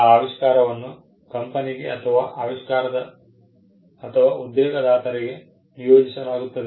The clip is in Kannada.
ಆ ಆವಿಷ್ಕಾರವನ್ನು ಕಂಪನಿಗೆ ಅಥವಾ ಉದ್ಯೋಗದಾತರಿಗೆ ನಿಯೋಜಿಸಲಾಗುತ್ತದೆ